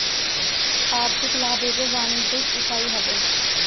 आर्थिक लाभ एगो वाणिज्यिक इकाई हवे